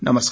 नमस्कार